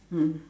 mm